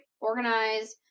organize